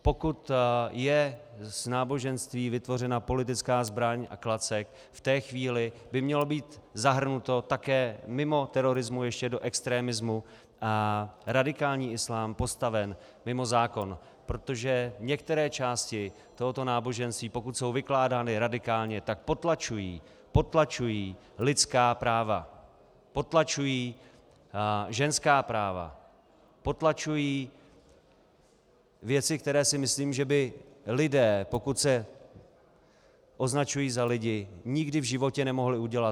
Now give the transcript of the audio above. Pokud je z náboženství vytvořena politická zbraň a klacek, v té chvíli by mělo být zahrnuto také mimo terorismu ještě do extremismu a radikální islám postaven mimo zákon, protože některé části tohoto náboženství, pokud jsou vykládány radikálně, tak potlačují lidská práva, potlačují ženská práva, potlačují věci, které si myslím, že by lidé, pokud se označují za lidi, nikdy v životě nemohli udělat.